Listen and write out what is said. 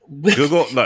google